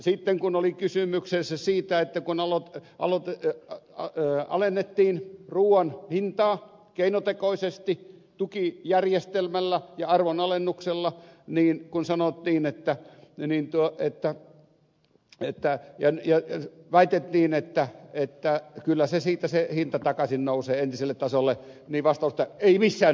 sitten kun oli kysymys siitä että alennettiin ruuan hintaa keinotekoisesti tukijärjestelmällä ja arvon alennuksella niin kun sanottiin ja väitettiin että kyllä se hinta siitä takaisin nousee entiselle tasolle niin vastaus oli että ei missään nimessä nouse